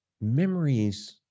memories